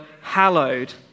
hallowed